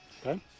Okay